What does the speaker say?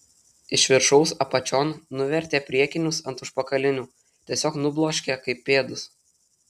iš viršaus apačion nuvertė priekinius ant užpakalinių tiesiog nubloškė kaip pėdus